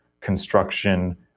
construction